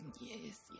Yes